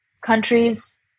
countries